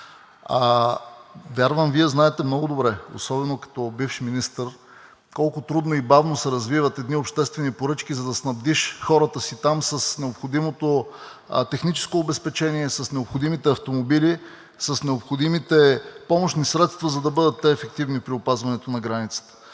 Вярвам, Вие много добре знаете – особено като бивш министър, колко трудно и бавно се развиват едни обществени поръчки, за да снабдиш хората си там с необходимото техническо обезпечение, с необходимите автомобили, с необходимите помощни средства, за да бъдат те ефективни при опазването на границата.